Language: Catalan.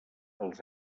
els